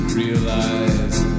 realize